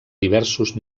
diversos